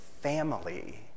family